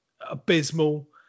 abysmal